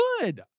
good